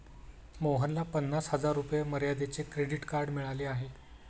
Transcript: मोहनला पन्नास हजार रुपये मर्यादेचे क्रेडिट कार्ड मिळाले आहे